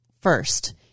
first